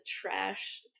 trash